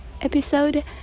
episode